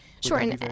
sure